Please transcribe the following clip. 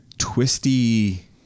twisty